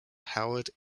howard